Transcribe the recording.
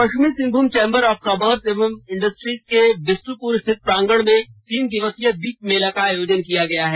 पश्चिमी Singhbhum chamber of commerce and industry के बिष्ट्पुर स्थित प्रांगण में तीन दिवसीय दीप मेला का आयोजन किया गया है